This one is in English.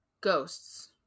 ghosts